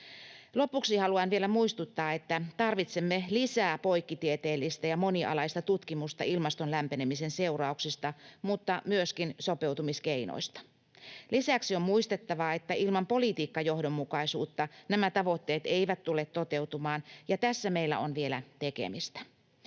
Lopuksi haluan vielä muistuttaa, että tarvitsemme lisää poikkitieteellistä ja monialaista tutkimusta ilmaston lämpenemisen seurauksista mutta myöskin sopeutumiskeinoista. Lisäksi on muistettava, että ilman politiikkajohdonmukaisuutta nämä tavoitteet eivät tule toteutumaan, ja tässä meillä on vielä tekemistä,